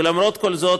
למרות כל זאת,